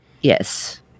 Yes